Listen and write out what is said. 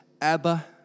Abba